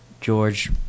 George